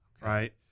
right